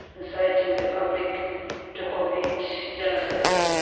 inciting the public to commit genocide.